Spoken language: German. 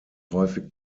häufig